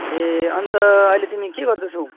ए अन्त अहिले तिमी के गर्दैछौ